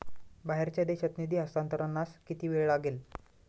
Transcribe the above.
बाहेरच्या देशात निधी हस्तांतरणास किती वेळ लागेल?